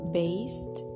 based